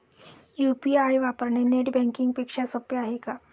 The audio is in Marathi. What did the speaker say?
यु.पी.आय वापरणे नेट बँकिंग पेक्षा सोपे आहे का?